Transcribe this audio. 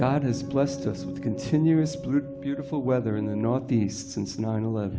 god has blessed us with continuous blue beautiful weather in the northeast since nine eleven